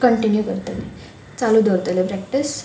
continue करतली चालू दवरतले प्रॅक्टीस